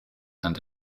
and